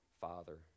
Father